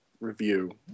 review